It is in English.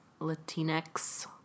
Latinx